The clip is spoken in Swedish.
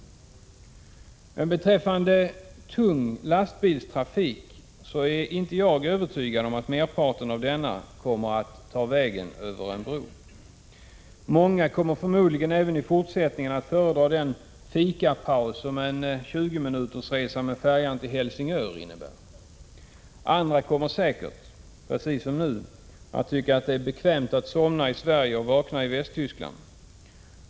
Men jag är inte övertygad om att merparten av den tunga lastbilstrafiken kommer att ta vägen över en bro. Många kommer förmodligen, även i fortsättningen, att föredra den ”fikapaus” som en tjugominutersresa med färjan till Helsingör innebär. Andra kommer säkert, precis som nu, att tycka att det är bekvämt att somna i Sverige och vakna i Västtyskland.